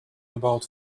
about